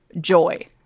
Joy